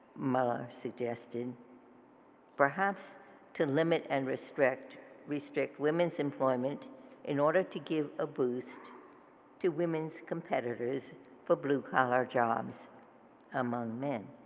muller suggested perhaps to limit and restrict restrict women's employment in order to give a boost to women's competitors for blue collar jobs among men.